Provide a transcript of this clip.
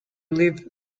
live